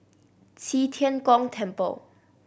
Qi Tian Gong Temple